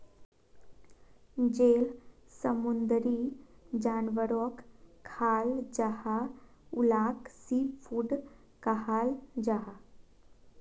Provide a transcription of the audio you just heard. जेल समुंदरी जानवरोक खाल जाहा उलाक सी फ़ूड कहाल जाहा